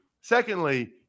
Secondly